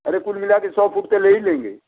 अरे कुल मिलाके सौ फ़ुट का ले ही लेंगे